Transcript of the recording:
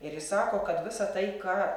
ir jis sako kad visa tai ką